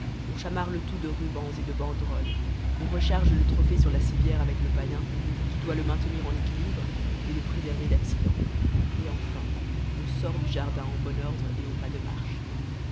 on chamarre le tout de rubans et de banderoles on recharge le trophée sur la civière avec le païen qui doit le maintenir en équilibre et le préserver d'accident et enfin on sort du jardin en bon ordre et au pas de marche